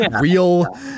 real